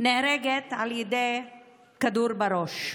נהרגת מכדור בראש.